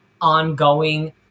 ongoing